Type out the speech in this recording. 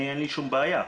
אין לי שום בעיה,